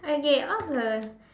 I get all the